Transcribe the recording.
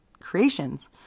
creations